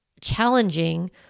challenging